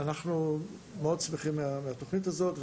אנחנו מאוד שמחים מהתוכנית הזאת.